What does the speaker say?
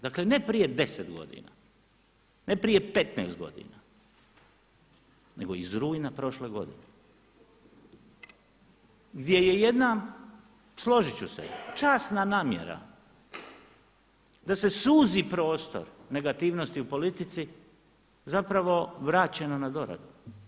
Dakle ne prije 10 godina, ne prije 15 godina nego iz rujna prošle godine, gdje je jedna, složit ću se, časna namjera da se suzi prostor negativnosti u politici zapravo vraćena na doradu.